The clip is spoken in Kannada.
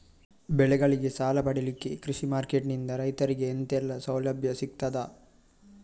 ಬೆಳೆಗಳಿಗೆ ಸಾಲ ಪಡಿಲಿಕ್ಕೆ ಕೃಷಿ ಮಾರ್ಕೆಟ್ ನಿಂದ ರೈತರಿಗೆ ಎಂತೆಲ್ಲ ಸೌಲಭ್ಯ ಸಿಗ್ತದ?